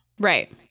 right